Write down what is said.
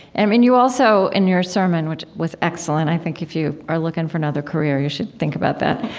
and mean, you also, in your sermon, which was excellent, i think, if you are looking for another career, you should think about that.